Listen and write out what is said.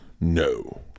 No